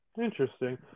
Interesting